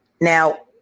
Now